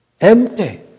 Empty